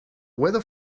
weather